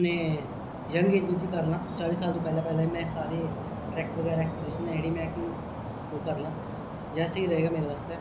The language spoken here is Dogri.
जंग ऐज च गै करी लें सट्ठ साल थमां पहले पैहले में सारे ट्रैक बगैरा एक्सपिटिशन ऐ जेहड़ी ओह् करी लेआं ज्यादा स्हेई रहे गा मेरे आस्ते